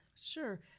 Sure